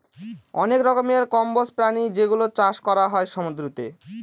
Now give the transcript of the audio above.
অনেক রকমের কম্বোজ প্রাণী যেগুলোর চাষ করা হয় সমুদ্রতে